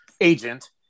agent